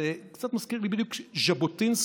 זה קצת מזכיר לי בדיוק שז'בוטינסקי